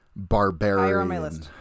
barbarian